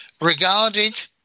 Regarded